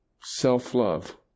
self-love